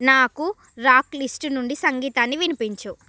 నాకు rock list నుండి సంగీతాన్ని వినిపించుము